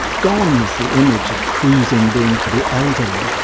gone is the image of cruising being for the elderly,